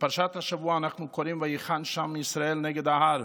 בפרשת השבוע אנחנו קוראים "ויחן שם ישראל נגד ההר".